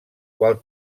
qual